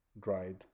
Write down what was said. dried